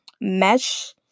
mesh